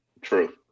True